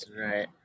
Right